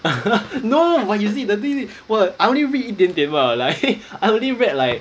no but you see the thing is I only read 一点点罢 liao like I only read like